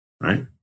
right